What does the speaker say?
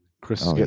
Chris